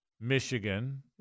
Michigan